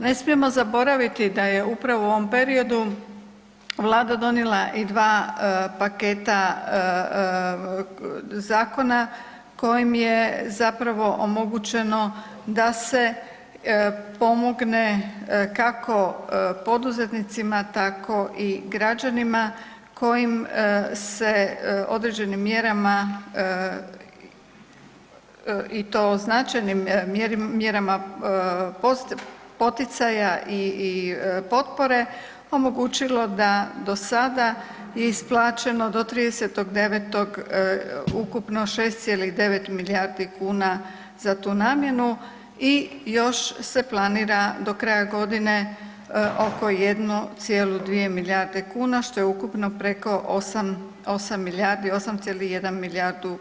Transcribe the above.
Ne smijemo zaboraviti da je upravo u ovom periodu Vlada donijela i dva paketa zakona kojim je omogućeno da se pomogne kako poduzetnicima tako i građanima kojim se određenim mjerama i to značajnim mjerama poticaja i potpore omogućilo da do sada i isplaćeno do 30.9. ukupno 6,9 milijardi kuna za tu namjenu i još se planira do kraja godine oko 1,2 milijarde kuna što je ukupno preko 8,1 milijardu kuna.